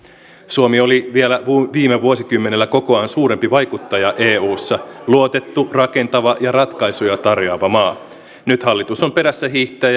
suomi oli vielä viime vuosikymmenellä kokoaan suurempi vaikuttaja eussa luotettu rakentava ja ratkaisuja tarjoava maa nyt hallitus on perässähiihtäjä